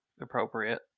appropriate